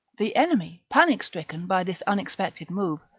the enemy, panic-stricken by this unex pected move,